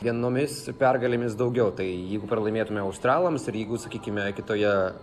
vienomis pergalėmis daugiau tai jeigu pralaimėtume australams ir jeigu sakykime kitoje